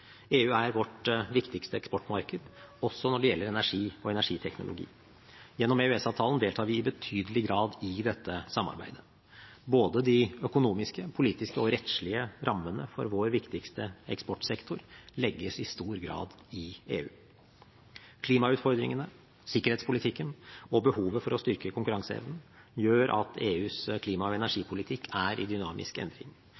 EU er vårt viktigste eksportmarked, også når det gjelder energi og energiteknologi. Gjennom EØS-avtalen deltar vi i betydelig grad i dette samarbeidet. Både de økonomiske, politiske og rettslige rammene for vår viktigste eksportsektor legges i stor grad i EU. Klimautfordringene, sikkerhetspolitikken og behovet for å styrke konkurranseevnen gjør at EUs klima- og energipolitikk er i dynamisk endring.